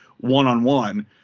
one-on-one